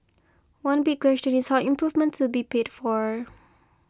one big question is how improvements will be paid for